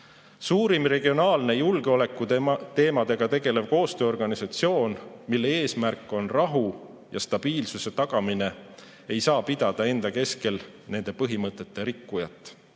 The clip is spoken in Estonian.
Suurim regionaalne julgeolekuteemadega tegelev koostööorganisatsioon, mille eesmärk on rahu ja stabiilsuse tagamine, ei saa pidada enda keskel nende põhimõtete rikkujat.